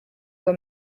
were